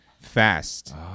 fast